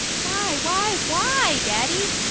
why, why, why, daddy?